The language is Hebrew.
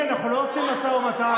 גברתי?